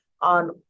on